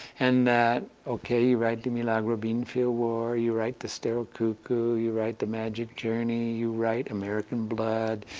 and that, okay, you write the milagro beanfield war, you write the sterile cuckoo, you write the magic journey, you write american blood,